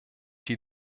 die